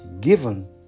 given